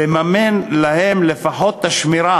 לממן להם לפחות את השמירה.